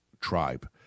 tribe